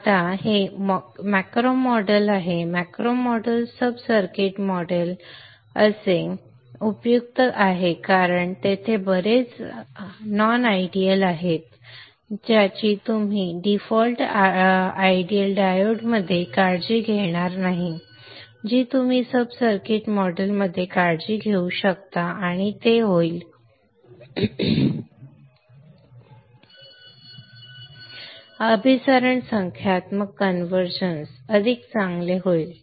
आता हे macro model आहे हे macro model sub circuit model असणे उपयुक्त आहे कारण तेथे बरेच गैर आदर्श आहेत ज्याची तुम्ही डिफॉल्ट आदर्श डायोडमध्ये काळजी घेणार नाही जी तुम्ही सब सर्किट मॉडेलमध्ये काळजी घेऊ शकता आणि ते होईल अभिसरण संख्यात्मक कन्वर्जन्स अधिक चांगले होईल